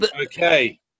Okay